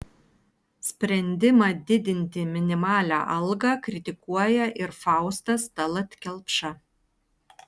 sprendimą didinti minimalią algą kritikuoja ir faustas tallat kelpša